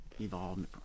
evolved